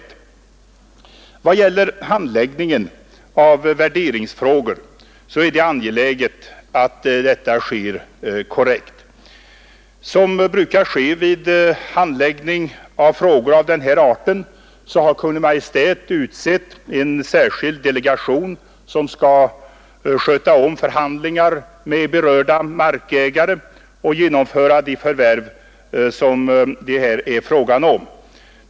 Det är angeläget att framhålla att handläggningen av värderingsfrågan sker korrekt. Som det brukar ske vid handläggning av frågor av denna art har Kungl. Maj:t utsett en särskild delegation, som skall föra förhandlingar med berörda markägare och genomföra de förvärv det här är fråga om.